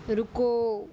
ਰੁਕੋ